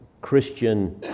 Christian